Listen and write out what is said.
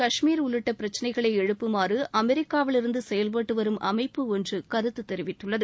கஷ்மீர் உள்ளிட்ட பிரச்சினைகளை எழுப்புமாறு அமெரிக்காவிலிருந்து செயல்பட்டு வரும் அமைப்பு ஒன்று கருத்து தெரிவித்துள்ளது